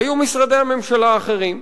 היו משרדי הממשלה האחרים.